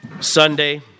Sunday